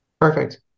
perfect